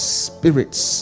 spirits